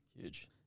Huge